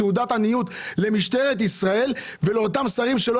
תעודת עניות למשטרת ישראל ולאותם שרים שלא